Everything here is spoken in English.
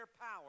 power